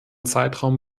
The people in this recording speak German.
zeitraum